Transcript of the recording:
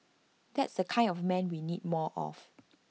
that's the kind of man we need more of